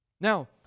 Now